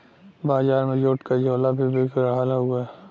बजार में जूट क झोला भी बिक रहल हउवे